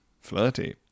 Flirty